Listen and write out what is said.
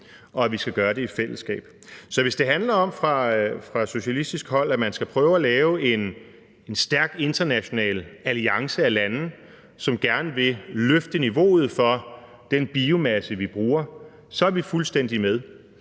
og at vi skal gøre det i fællesskab. Så hvis det fra socialistisk hold handler om, at man skal prøve at lave en stærk international alliance af lande, som gerne vil løfte niveauet for den biomasse, vi bruger, så er vi fuldstændig med.